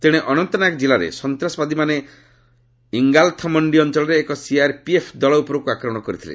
ତେଣେ ଅନନ୍ତନାଗ ଜିଲ୍ଲାରେ ସନ୍ତାସବାଦୀମାନେ ଇଙ୍ଗାଲଥ୍ମଣ୍ଡି ଅଞ୍ଚଳରେ ଏକ ସିଆର୍ପିଏଫ୍ ଦଳ ଉପରକୁ ଆକ୍ରମଣ କରିଥିଲେ